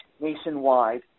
nationwide